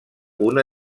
una